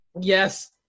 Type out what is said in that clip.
Yes